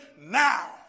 now